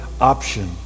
option